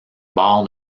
bords